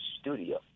Studio